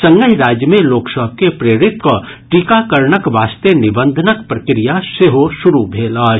संगहि राज्य मे लोक सभ के प्रेरित कऽ टीकाकरणक वास्ते निबंधनक प्रक्रिया सेहो शुरू भेल अछि